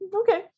okay